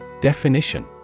Definition